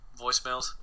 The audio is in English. voicemails